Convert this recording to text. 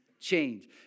change